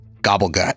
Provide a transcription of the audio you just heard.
Gobblegut